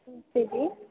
बोलो